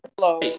Hello